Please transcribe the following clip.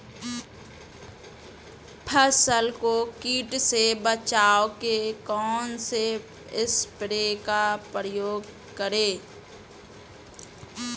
फसल को कीट से बचाव के कौनसे स्प्रे का प्रयोग करें?